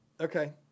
Okay